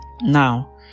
now